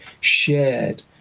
shared